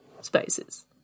spaces